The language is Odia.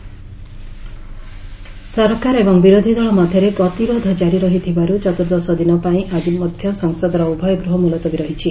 ଏସ୍ଏସ୍ ଆଡଜର୍ଣ୍ଣ ସରକାର ଏବଂ ବିରୋଧି ଦଳ ମଧ୍ୟରେ ଗତିରୋଧ ଜାରି ରହିଥିବାରୁ ଚତ୍ରର୍ଦ୍ଦଶ ଦିନପାଇଁ ଆକ୍କି ମଧ୍ୟ ସଂସଦର ଉଭୟ ଗୃହ ମୁଲତବୀ ରହିଛି